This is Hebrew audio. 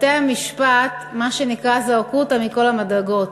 בתי-המשפט מה שנקרא זרקו אותם מכל המדרגות.